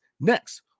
next